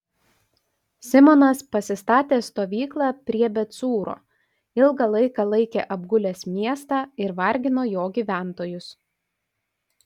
simonas pasistatė stovyklą prie bet cūro ilgą laiką laikė apgulęs miestą ir vargino jo gyventojus